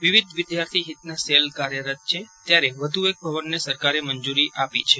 વિવિધ વિદ્યાર્થી હિતના સેલ કાર્યરત છે ત્યારે વધુ એક ભવનને સરકારે મંજૂરી આપી છે